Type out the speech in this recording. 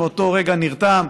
שמאותו רגע נרתם,